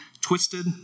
twisted